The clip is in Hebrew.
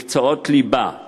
מקצועות ליבה ו-A,